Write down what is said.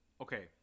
okay